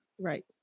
Right